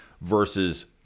versus